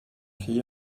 rhy